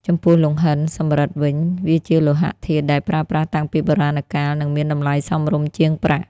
ចំពោះ លង្ហិន សំរឹទ្ធ វិញ វាជាលោហៈធាតុដែលប្រើប្រាស់តាំងពីបុរាណកាល និងមានតម្លៃសមរម្យជាងប្រាក់។